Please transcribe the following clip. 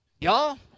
y'all